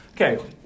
Okay